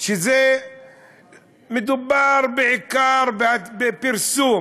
הוא שמדובר בעיקר בפרסום.